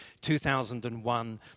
2001